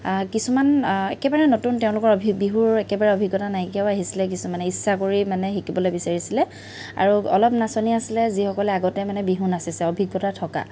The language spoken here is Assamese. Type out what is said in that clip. কিছুমান একেবাৰে নতুন তেওঁলোকৰ অভি বিহুৰ একেবাৰে অভিজ্ঞতা নাইকিয়াও আহিছিলে কিছুমানে ইচ্ছা কৰি মানে শিকিবলৈ বিচাৰিছিলে আৰু অলপ নাচনি আছিলে যিসকলে আগতে মানে বিহু নাচিছে অভিজ্ঞতা থকা